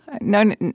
No